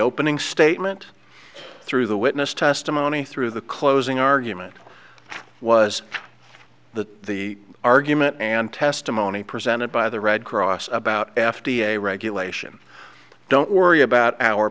opening statement through the witness testimony through the closing argument was the the argument and testimony presented by the red cross about f d a regulation don't worry about our